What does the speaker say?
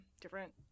different